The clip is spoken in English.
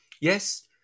Yes